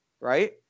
right